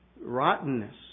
rottenness